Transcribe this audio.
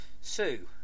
Sue